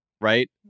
right